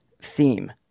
theme